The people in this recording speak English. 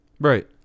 Right